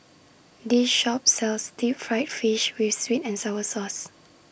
This Shop sells Deep Fried Fish with Sweet and Sour Sauce